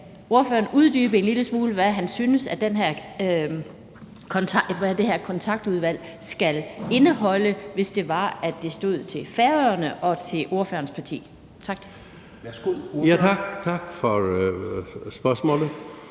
ordføreren uddybe en lille smule, hvad han synes det her Kontaktudvalg skal indeholde, hvis det stod til Færøerne og til ordførerens parti? Tak. Kl.